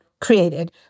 created